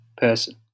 person